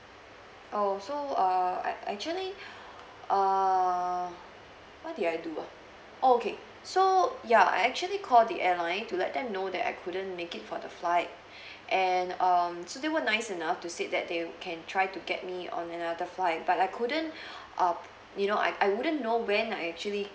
oh so err ac~ actually err what did I do uh oh okay so ya I actually call the airline to let them know that I couldn't make it for the flight and um so they were nice enough to say that they can try to get me on you know the flight but I couldn't um you know I I wouldn't know when I actually